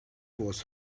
was